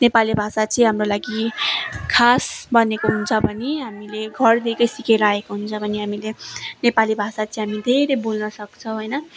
नेपाली भाषा चाहिँ हाम्रो लागि खास बनेको हुन्छ भने हामीले घरदेखि सिकेर आएको हुन्छ भने हामीले नेपाली भाषा चाहिँ हामी धेरै बोल्न सक्छौँ होइन